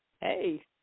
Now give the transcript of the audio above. Hey